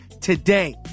today